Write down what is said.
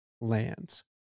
lands